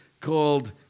called